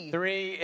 Three